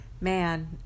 man